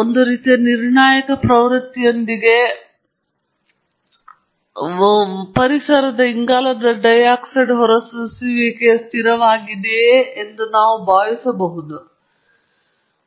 ಒಂದು ರೀತಿಯ ನಿರ್ಣಾಯಕ ಪ್ರವೃತ್ತಿಯೊಂದಿಗೆ ಇಂಗಾಲದ ಡೈಆಕ್ಸೈಡ್ ಹೊರಸೂಸುವಿಕೆಯು ಸ್ಥಿರವಾಗಿದೆ ಎಂದು ನಾವು ಭಾವಿಸುತ್ತೀರಾ